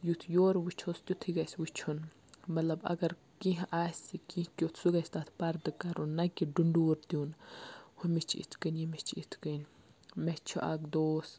یُتھ یورٕ وٕچھووس تِتُھے گَژھِ وٕچھُن مطلب اگر کیٚنٛہہ آسہِ کیٚنٛہہ کِیُتھ سُہ گَژھِ تَتھ پَردٕ کَرُن نہ کہِ ڈونڈوٗر دِیُن ہُمِس چھ اِتھ کٔنۍ ییٚمِس چھِ اِتھ کٔنۍ مےٚ چھُ اَکھ دوس